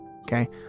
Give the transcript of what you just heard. okay